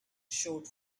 showed